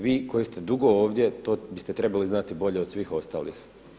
Vi koji ste dugo ovdje, to biste trebali znati bolje od svih ostalih.